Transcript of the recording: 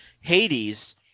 Hades